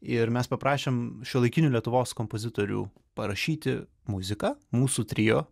ir mes paprašėm šiuolaikinių lietuvos kompozitorių parašyti muziką mūsų trio